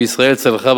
שישראל צלחה,